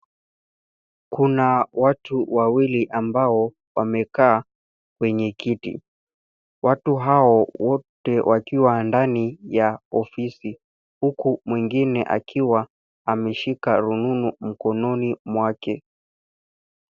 Kuna watu wawili ambao wamekaa kwenye kiti. Watu hao wote wakiwa ndani ya ofisi, huku mwingine akiwa ameshika rununu mkononi mwake.